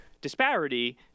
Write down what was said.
disparity